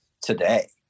today